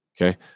okay